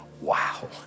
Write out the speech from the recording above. wow